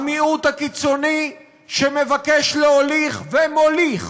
המיעוט הקיצוני שמבקש להוליך, ומוליך